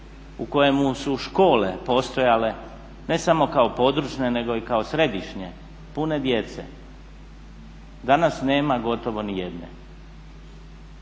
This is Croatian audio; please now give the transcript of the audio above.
u kojemu su škole postojale ne samo kao područne nego i kao središnje, pune djece. Danas nema gotovo nijedne.